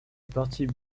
partie